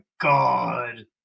god